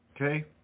Okay